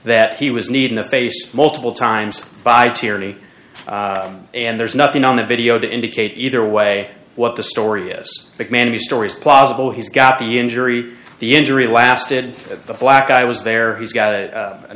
that he was need in the face multiple times by tierney and there's nothing on the video to indicate either way what the story is that many stories plausible he's got the injury the injury lasted the black guy was there he's got a